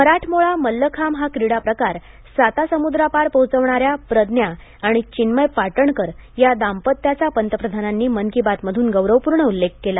मराठमोळा मल्लखांब हा क्रीडा प्रकार सातासमुद्रापार पोहोचवणाऱ्या प्रज्ञा आणि चिन्मय पाटणकर या दांपत्याचा पंतप्रधानांनी मन की बात मधून गौरवपूर्ण उल्लेख केला